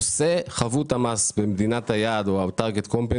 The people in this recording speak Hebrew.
נושא חבות המס במדינת היעד או המותג וחברתו,